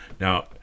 Now